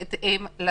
לא